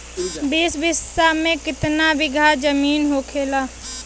बीस बिस्सा में कितना बिघा जमीन होखेला?